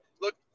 Look